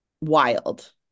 Wild